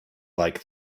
like